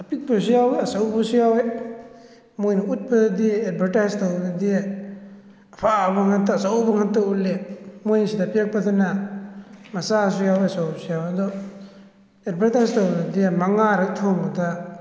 ꯑꯄꯤꯛꯄꯁꯨ ꯌꯥꯎꯋꯤ ꯑꯆꯧꯕꯁꯨ ꯌꯥꯎꯋꯤ ꯃꯣꯏꯅ ꯎꯠꯄꯗꯗꯤ ꯑꯦꯠꯚꯔꯇꯥꯏꯁ ꯇꯧꯕꯗꯗꯤ ꯑꯐꯕ ꯉꯥꯛꯇ ꯑꯆꯧꯕ ꯉꯥꯛꯇ ꯎꯠꯂꯤ ꯃꯣꯏꯅ ꯁꯤꯗ ꯄꯤꯔꯛꯄꯗꯅ ꯃꯆꯥꯁꯨ ꯌꯥꯎꯋꯤ ꯑꯆꯧꯕꯁꯨ ꯌꯥꯎꯋꯤ ꯑꯗꯣ ꯑꯦꯠꯚꯔꯇꯥꯏꯁ ꯇꯧꯕꯗꯗꯤ ꯃꯉꯥꯔꯛ ꯊꯣꯡꯕꯗ